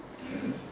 okay